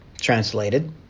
translated